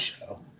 show